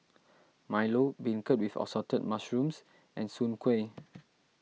Milo Beancurd with Assorted Mushrooms and Soon Kuih